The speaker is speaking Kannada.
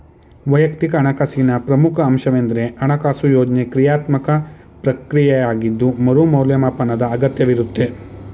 ವೈಯಕ್ತಿಕ ಹಣಕಾಸಿನ ಪ್ರಮುಖ ಅಂಶವೆಂದ್ರೆ ಹಣಕಾಸು ಯೋಜ್ನೆ ಕ್ರಿಯಾತ್ಮಕ ಪ್ರಕ್ರಿಯೆಯಾಗಿದ್ದು ಮರು ಮೌಲ್ಯಮಾಪನದ ಅಗತ್ಯವಿರುತ್ತೆ